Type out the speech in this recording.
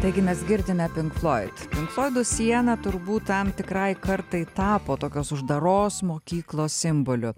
taigi mes girdime pink floid pink floidų siena turbūt tam tikrai kartai tapo tokios uždaros mokyklos simboliu